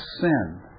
sin